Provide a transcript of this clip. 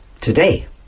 today